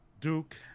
Duke